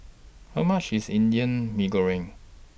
How much IS Indian Mee Goreng